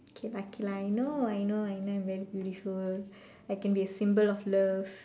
K lah K lah I know I know I know I very beautiful I can be a symbol of love